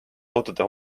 autode